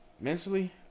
Mentally